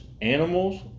animals